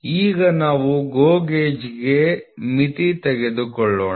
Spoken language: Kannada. ಈಗ ನಾವು GO ಗೇಜ್ಗೆ ಮಿತಿ ತೆಗೆದುಕೊಳ್ಳೋಣ